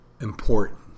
important